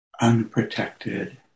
unprotected